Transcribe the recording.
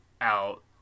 out